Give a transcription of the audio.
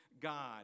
God